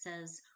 says